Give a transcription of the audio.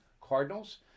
Cardinals